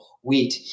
wheat